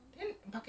ya